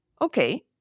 okay